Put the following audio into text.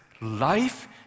life